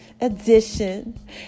edition